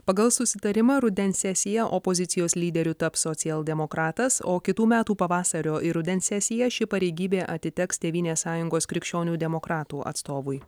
pagal susitarimą rudens sesiją opozicijos lyderiu taps socialdemokratas o kitų metų pavasario ir rudens sesiją ši pareigybė atiteks tėvynės sąjungos krikščionių demokratų atstovui